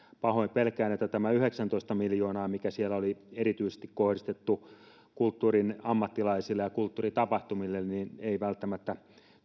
pahoin pelkään että tämä yhdeksäntoista miljoonaa mikä siellä oli erityisesti kohdistettu kulttuurin ammattilaisille ja kulttuuritapahtumille ei välttämättä